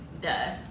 Duh